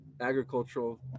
agricultural